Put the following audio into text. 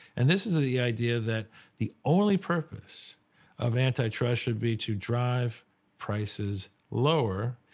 and this is the idea that the only purpose of antitrust should be to drive prices lower,